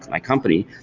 my company.